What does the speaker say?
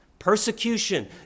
persecution